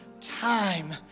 time